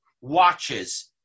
watches